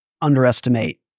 underestimate